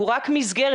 הוא רק מסגרת,